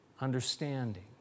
understanding